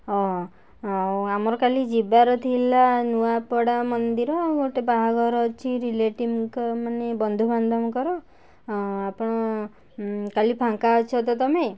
ହଁ ଆଉ ଆମର କାଲି ଯିବାର ଥିଲା ନୂଆପଡ଼ା ମନ୍ଦିର ଆଉ ଗୋଟେ ବାହାଘର ଅଛି ରିଲେଟିଭଙ୍କ ମାନେ ବନ୍ଧୁ ବାନ୍ଧବଙ୍କର ଆପଣ କାଲି ଫାଙ୍କା ଅଛ ତ ତୁମେ